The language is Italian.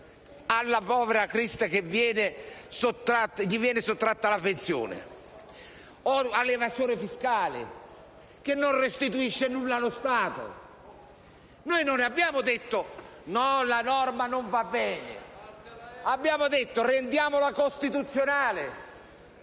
al povero Cristo, a cui viene sottratta la pensione, o all'evasore fiscale, che non restituisce nulla allo Stato. Noi non abbiamo detto che la norma non va bene, abbiamo detto: rendiamola costituzionale,